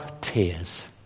tears